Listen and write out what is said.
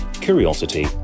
curiosity